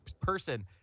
person